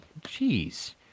Jeez